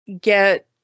get